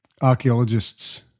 archaeologists